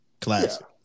classic